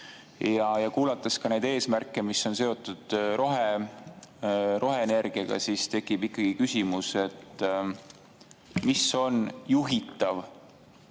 Kuulates ka neid eesmärke, mis on seotud roheenergiaga, tekib ikkagi küsimus, mis on juhitav